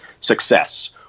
success